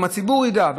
אם הציבור ידע,